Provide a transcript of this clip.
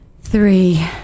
three